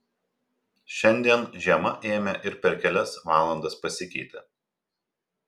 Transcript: šiandien žiema ėmė ir per kelias valandas pasikeitė